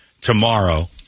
tomorrow